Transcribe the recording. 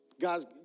God's